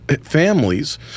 families